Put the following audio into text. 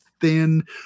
thin